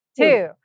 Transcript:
two